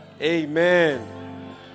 Amen